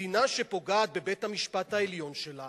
מדינה שפוגעת בבית-המשפט העליון שלה